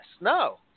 No